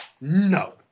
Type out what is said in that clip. no